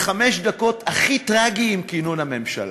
לחמש דקות, הכי טרגי עם כינון הממשלה.